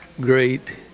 great